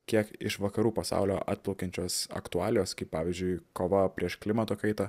kiek iš vakarų pasaulio atplaukiančios aktualijos kaip pavyzdžiui kova prieš klimato kaitą